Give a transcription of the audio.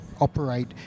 operate